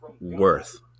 worth